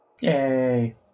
Yay